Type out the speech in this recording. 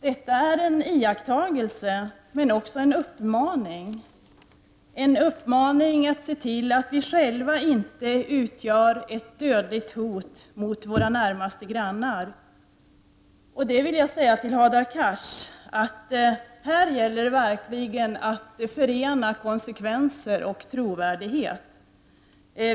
Detta är en iakttagelse men också en uppmaning, en uppmaning att se till att vi själva inte utgör ett dödligt hot mot våra närmaste grannar. Jag vill säga till Hadar Cars att det här verkligen gäller att förena konsekvenser och trovärdighet.